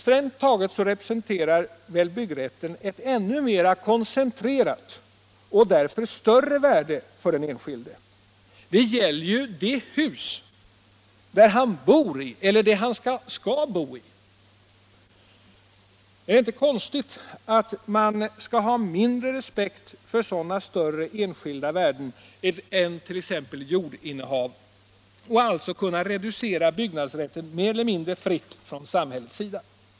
Strängt taget representerar väl byggrätten ett ännu mera koncentrerat och därför större värde för den enskilde. Det gäller ju det hus som han skall bo i. Är det inte konstigt att man skall ha mindre respekt för sådana större enskilda värden än t.ex. för jordinnehav och alltså kunna reducera byggnadsrätten mer eller mindre fritt från samhällets sida?